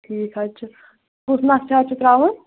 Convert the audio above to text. ٹھیٖک حظ چُھ کُس نقشہِ حظ چُھ تراوُن